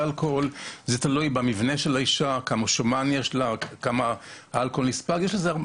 כל אישה --- אני אגיד לך,